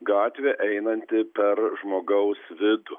gatvė einanti per žmogaus vidų